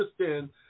understand